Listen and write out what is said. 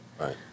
Right